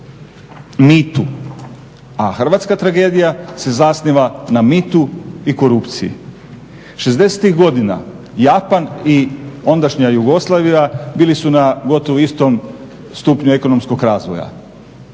a hrvatska tragedija se zasniva na mitu i korupciji. 60-tih godina Japan i ondašnja Jugoslavija bili su na gotovo istom stupnju ekonomskog razvoja.